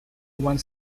wants